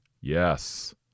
Yes